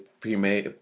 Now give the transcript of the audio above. pre-made